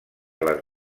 les